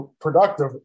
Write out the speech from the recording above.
productive